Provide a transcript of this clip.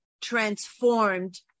transformed